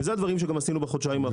אלה הדברים שגם עשינו בחודשיים האחרונים.